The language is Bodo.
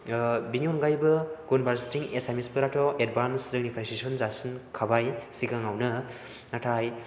बिनि अनगायैबो गुबुनफारसेथिं एसामिस फोराथ' एदभान्स जोंनिफ्राय सोस'न जासिनखाबाय सिगाङावनो नाथाय